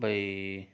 भई